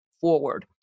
forward